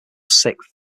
sixth